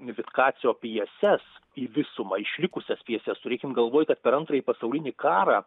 vitkacio pijeses į visumą išlikusias pijeses turėkim galvoj kad per antrąjį pasaulinį karą